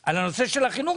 אלא על נושא החינוך,